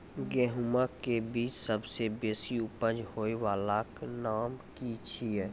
गेहूँमक बीज सबसे बेसी उपज होय वालाक नाम की छियै?